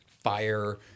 fire